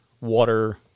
water